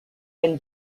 and